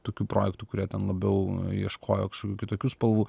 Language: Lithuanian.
tokių projektų kurie ten labiau ieškojo kažkokių kitokių spalvų